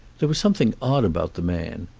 there was something odd about the man.